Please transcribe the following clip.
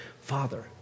Father